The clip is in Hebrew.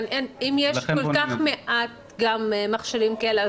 אם יש כל כך מעט מכשירים כאלה,